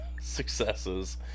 successes